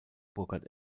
burckhardt